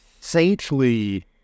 saintly